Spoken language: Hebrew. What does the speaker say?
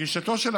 לגישתו של המציע,